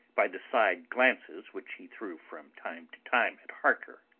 by the side glances which he threw from time to time at harker.